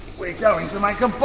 we're going to make um ah